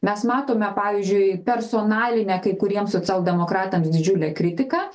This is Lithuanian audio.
mes matome pavyzdžiui personalinę kai kuriems socialdemokratams didžiulę kritiką